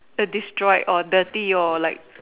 A destroyed or dirty or like